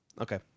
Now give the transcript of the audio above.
Okay